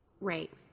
right